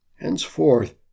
Henceforth